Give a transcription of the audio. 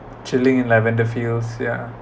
chilling in lavender fields ya